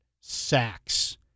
Sacks